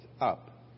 up